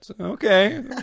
Okay